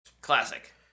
Classic